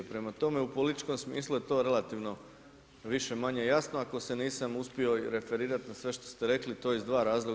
Prema tome, u političkom smislu je to relativno više-manje jasno, ako se nisam uspio referirati na sve što ste rekli to je iz dva razloga.